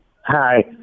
Hi